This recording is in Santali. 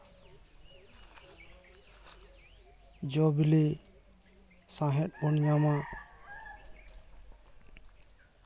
ᱡᱚᱼᱵᱤᱞᱤ ᱥᱟᱦᱮᱸᱫ ᱵᱚᱱ ᱧᱟᱢᱟ